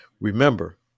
Remember